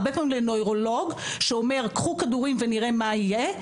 הרבה פעמים לנוירולוג שאומר 'קחו כדורים ונראה מה יהיה',